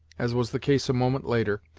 as was the case a moment later,